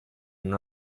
non